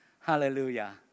Hallelujah